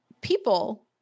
People